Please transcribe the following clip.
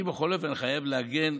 אני בכל אופן חייב להגן,